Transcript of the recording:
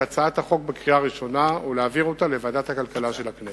את הצעת החוק בקריאה ראשונה ולהעביר אותה לוועדת הכלכלה של הכנסת.